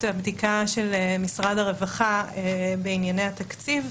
הבדיקה של משרד הרווחה בענייני התקציב,